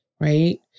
Right